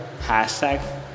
hashtag